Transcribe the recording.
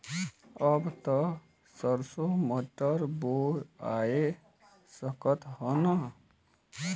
अब त सरसो मटर बोआय सकत ह न?